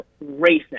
racing